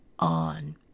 on